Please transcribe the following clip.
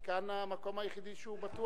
כי כאן המקום היחידי שהוא בטוח.